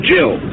Jill